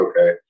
okay